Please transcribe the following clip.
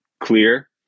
clear